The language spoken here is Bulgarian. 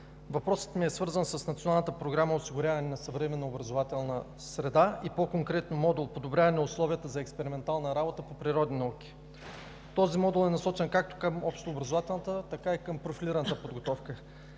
въпросът ми е свързан с Националната програма „Осигуряване на съвременно образователна среда“ и по конкретно Модул „Подобряване условията за експериментална работа по природни науки“. Този модул е насочен както към общообразователната, така и към профилираната подготовка.